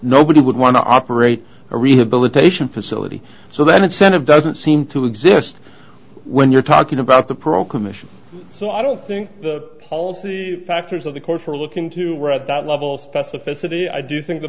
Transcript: nobody would want to operate a rehabilitation facility so then it sort of doesn't seem to exist when you're talking about the pro commission so i don't think the policy factors of the court are looking to we're at that level of specificity i do think the